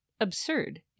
absurd